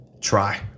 try